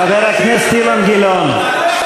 חבר הכנסת אילן גילאון.